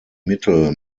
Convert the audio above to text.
mittel